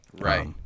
Right